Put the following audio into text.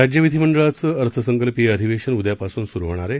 राज्य विधीमंडळाचं अर्थसंकल्पीय आधिवेशन उद्यापासून सुरु होणार आहे